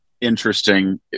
interesting